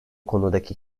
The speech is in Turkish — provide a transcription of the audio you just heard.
konudaki